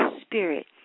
spirit